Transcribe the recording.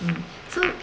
mm so